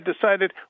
decided